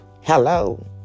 Hello